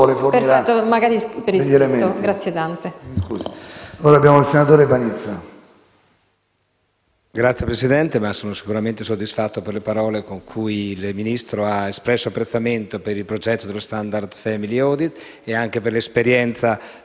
Signor Presidente, sono sicuramente soddisfatto per le parole con cui il Ministro ha espresso apprezzamento per il progetto dello *standard family audit* e anche per l'esperienza della nostra